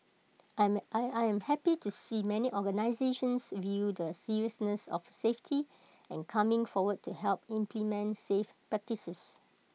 I am I I am happy to see many organisations view the seriousness of safety and coming forward to help implement safe practices